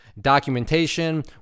documentation